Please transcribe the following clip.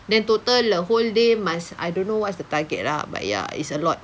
then total the whole day must I don't know what's the target lah but ya it's a lot